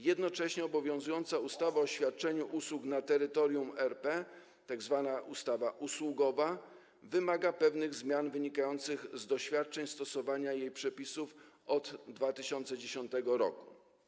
Jednocześnie obowiązująca ustawa o świadczeniu usług na terytorium RP, tzw. ustawa usługowa, wymaga pewnych zmian wynikających z doświadczeń stosowania jej przepisów od 2010 r.